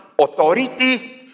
authority